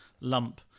lump